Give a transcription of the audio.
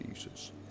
Jesus